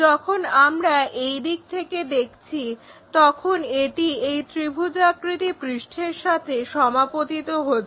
যখন আমরা এই দিক থেকে দেখছি তখন এটি এই ত্রিভুজাকৃতি পৃষ্ঠের সাথে সমাপতিত হচ্ছে